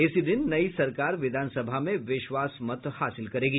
इसी दिन नयी सरकार विधानसभा में विश्वास मत हासिल करेगी